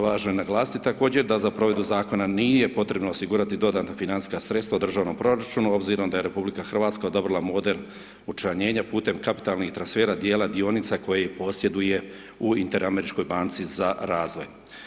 Važno je naglasiti također da za provedbu Zakona nije potrebno osigurati dodatna financijska sredstva u državnom proračunu obzirom da je RH odobrila model učlanjenja putem kapitalnih transfera dijela dionica koje posjeduje u Inter-Američkoj banci za razvoj.